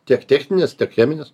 tiek techninės cheminis